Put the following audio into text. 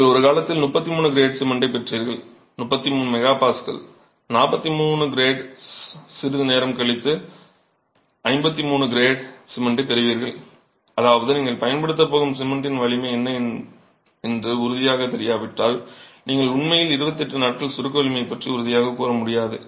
நீங்கள் ஒரு காலத்தில் 33 கிரேடு சிமெண்டைப் பெற்றீர்கள் 33 MPa 43 கிரேடு சிறிது நேரம் கழித்து இன்று 53 கிரேடு சிமெண்டைப் பெறுவீர்கள் அதாவது நீங்கள் பயன்படுத்தப் போகும் சிமெண்டின் வலிமை என்ன என்று உறுதியாகத் தெரியாவிட்டால் நீங்கள் உண்மையில் 28 நாட்களில் சுருக்க வலிமை பற்றி உறுதியாக கூற முடியாது